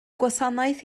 gwasanaeth